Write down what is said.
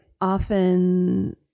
often